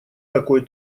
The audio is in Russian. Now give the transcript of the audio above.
какой